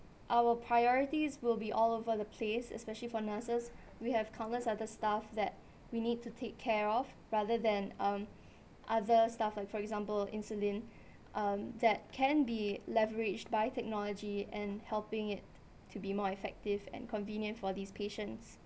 our priorities will be all over the place especially for nurses we have countless other stuff that we need to take care of rather than um other stuff like for example insulin um that can be leveraged by technology and helping it to be more effective and convenient for these patients